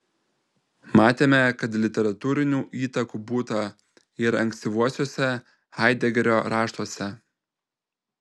matėme kad literatūrinių įtakų būta ir ankstyvuosiuose haidegerio raštuose